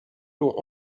l’ont